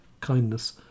kindness